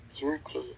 beauty